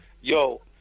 Yo